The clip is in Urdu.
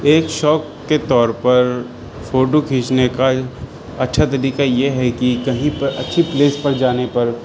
ایک شوق کے طور پر فوٹو کھینچنے کا اچھا طریقہ یہ ہے کہ کہیں پر اچھی پلیس پر جانے پر